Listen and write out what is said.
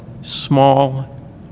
small